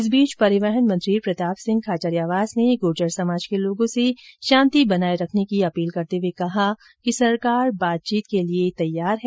इस बीच परिवहन मंत्री प्रताप सिंह खाचरियावास ने गुर्जर समाज के लोगों से शांति बनाए रखने की अपील करते हुए कहा कि सरकार बातचीत के लिए तैयार है